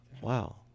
wow